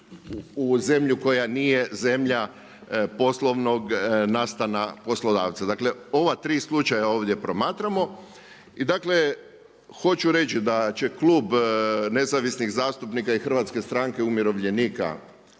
u zemlju koja nije zemlja poslovnog nastana poslodavca. Dakle, ova tri slučaja ovdje promatramo. I dakle, hoću reći da će Klub nezavisnih zastupnika i Hrvatske stranke umirovljenika